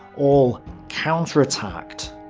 all counterattacked.